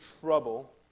trouble